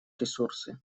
ресурсы